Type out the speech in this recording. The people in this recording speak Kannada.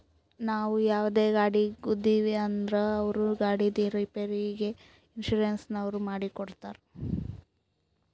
ನಾವು ಯಾವುದರೇ ಗಾಡಿಗ್ ಗುದ್ದಿವ್ ಅಂದುರ್ ಅವ್ರ ಗಾಡಿದ್ ರಿಪೇರಿಗ್ ಇನ್ಸೂರೆನ್ಸನವ್ರು ಮಾಡಿ ಕೊಡ್ತಾರ್